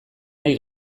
nahi